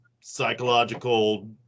psychological